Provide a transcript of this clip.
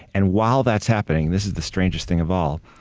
and while that's happening, this is the strangest thing of all,